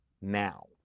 now